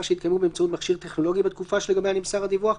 שהתקיימו באמצעות מכשיר טכנולוגי בתקופה שלגביה נמסר הדיווח,